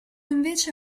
invece